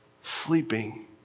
sleeping